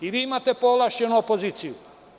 I vi imate povlašćenu opoziciju.